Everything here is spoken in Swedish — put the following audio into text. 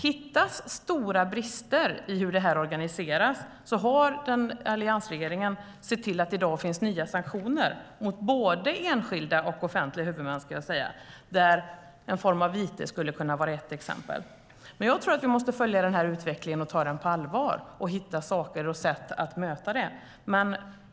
Hittar man stora brister i hur det organiseras har alliansregeringen sett till att det i dag finns nya sanktioner mot både enskilda och offentliga huvudmän där en form av vite är ett exempel. Vi måste följa utvecklingen och ta den på allvar och hitta saker och sätt att möta den.